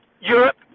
Europe